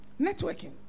Networking